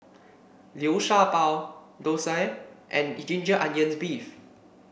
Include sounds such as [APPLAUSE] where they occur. Liu Sha Bao Dosa and [UNINTELLIGIBLE] Ginger Onions beef